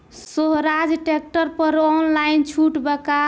सोहराज tractor पर online छूट बा का?